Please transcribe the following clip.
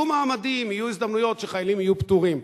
יהיו מעמדים והזדמנויות שחיילים יהיו פטורים,